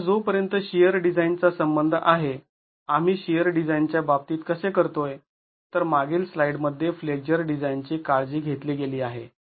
आता जोपर्यंत shear design चा संबंध आहे आम्ही शिअर डिझाईन च्या बाबतीत कसे करतोय तर मागील स्लाइड मध्ये फ्लेक्झर डिझाईनची काळजी घेतली गेली आहे